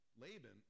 Laban